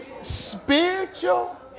spiritual